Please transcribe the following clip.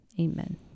amen